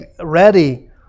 ready